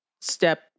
step